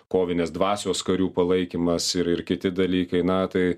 kovinės dvasios karių palaikymas ir ir kiti dalykai na tai